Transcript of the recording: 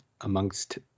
amongst